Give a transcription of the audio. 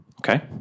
Okay